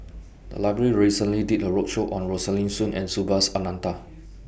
The Library recently did A roadshow on Rosaline Soon and Subhas Anandan